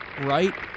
right